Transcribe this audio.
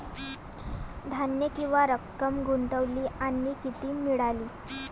सध्या किती रक्कम गुंतवली आणि किती मिळाली